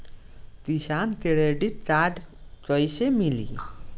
किसान credit card कइसे मिली?